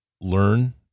learn